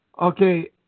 okay